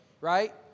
Right